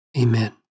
amen